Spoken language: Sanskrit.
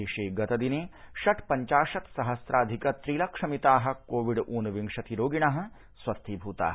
देशे गत दिने षट् पञ्चाशत् सहस्राधिक त्रि लक्षमिताः कोविड् ऊनविंशति रोगिणः स्वस्थीभूताः